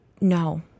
No